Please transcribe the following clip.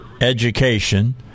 education